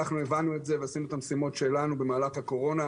אנחנו הבנו את זה ועשינו את המשימות שלנו במהלך הקורונה.